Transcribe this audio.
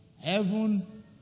Heaven